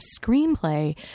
screenplay